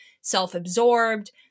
self-absorbed